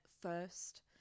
first